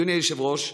אדוני היושב-ראש,